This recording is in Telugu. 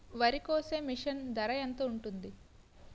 వరి కోసే మిషన్ ధర ఎంత ఉంటుంది?